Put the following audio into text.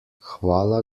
hvala